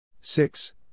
six